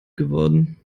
geworden